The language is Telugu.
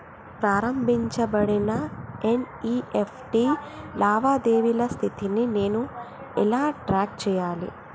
ప్రారంభించబడిన ఎన్.ఇ.ఎఫ్.టి లావాదేవీల స్థితిని నేను ఎలా ట్రాక్ చేయాలి?